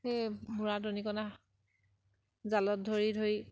সেই মুৱা দনিকণা জালত ধৰি ধৰি